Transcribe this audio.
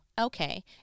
okay